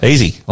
Easy